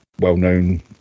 well-known